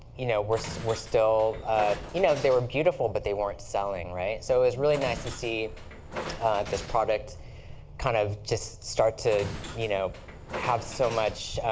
you know, were so were still you know, they were beautiful, but they weren't selling, right? so it was really nice to see this product kind of just start to you know have so much